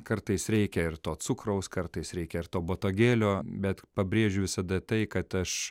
kartais reikia ir to cukraus kartais reikia ir to botagėlio bet pabrėžiu visada tai kad aš